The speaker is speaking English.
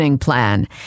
plan